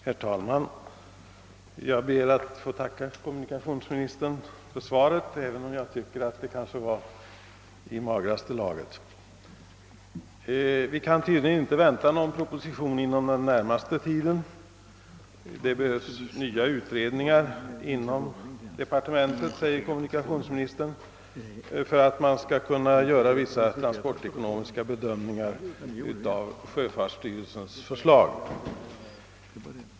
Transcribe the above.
Herr talman! Jag ber att få tacka kommunikationsministern för svaret, även om jag tycker att det var i magraste laget. Vi kan tydligen inte inom den närmaste tiden vänta någon proposition. Det är nödvändigt med nya utredningar inom departementet — säger kommunikationsministern — för att det skall vara möjligt att göra vissa transportekonomiska bedömningar av sjöfartssty relsens förslag.